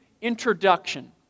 introduction